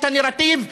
את הנרטיב,